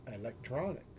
electronics